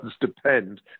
depend